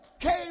came